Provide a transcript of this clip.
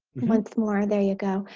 once more there you go.